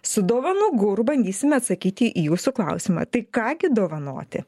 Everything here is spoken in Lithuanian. su dovanų guru bandysime atsakyti į jūsų klausimą tai ką gi dovanoti